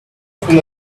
full